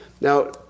Now